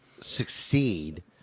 succeed